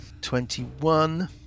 Twenty-one